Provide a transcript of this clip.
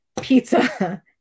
pizza